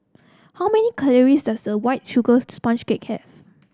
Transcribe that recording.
how many calories does a White Sugar Sponge Cake have